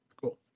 Cool